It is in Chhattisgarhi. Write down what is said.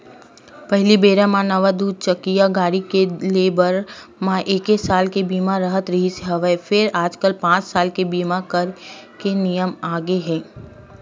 पहिली बेरा म नवा दू चकिया गाड़ी के ले बर म एके साल के बीमा राहत रिहिस हवय फेर आजकल पाँच साल के बीमा करे के नियम आगे हे